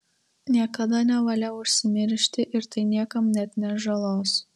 niekada nevalia užsimiršti ir tai niekam neatneš žalos